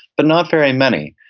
but not very many.